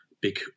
big